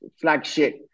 flagship